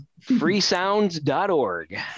Freesounds.org